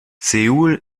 seoul